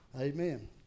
Amen